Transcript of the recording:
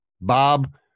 Bob